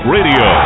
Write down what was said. Radio